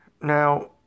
Now